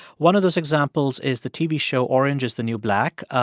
one of those examples is the tv show orange is the new black.